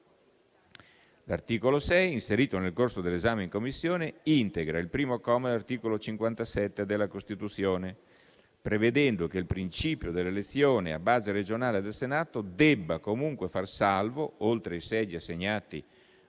L'articolo 6, inserito nel corso dell'esame in Commissione, integra il primo comma dell'articolo 57 della Costituzione, prevedendo che il principio dell'elezione a base regionale del Senato debba comunque far salvo, oltre ai seggi assegnati